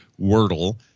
Wordle